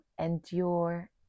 endure